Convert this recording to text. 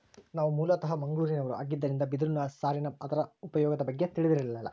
ನಾವು ಮೂಲತಃ ಮಂಗಳೂರಿನವರು ಆಗಿದ್ದರಿಂದ ಬಿದಿರು ಸಾರಿನ ಅದರ ಉಪಯೋಗದ ಬಗ್ಗೆ ತಿಳಿದಿರಲಿಲ್ಲ